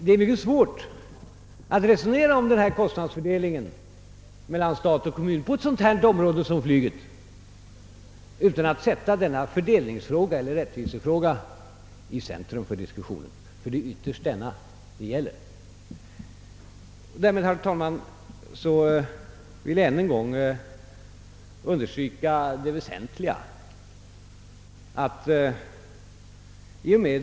Det är mycket svårt att resonera om kostnadsfördelningen mellan stat och kommun på ett sådant område som flygets utan att sätta denna fördelningsfråga eller rättvisefråga i centrum för diskussionen, ty det är ytterst denna fråga det gäller. Herr talman! Jag vill ännu en gång understryka det väsentliga.